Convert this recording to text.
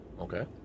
Okay